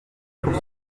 pour